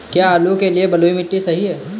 क्या आलू के लिए बलुई मिट्टी सही है?